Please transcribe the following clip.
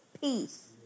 peace